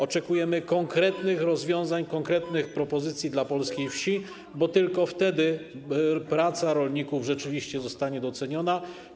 Oczekujemy konkretnych rozwiązań, konkretnych propozycji dla polskiej wsi, bo tylko wtedy praca rolników rzeczywiście zostanie doceniona.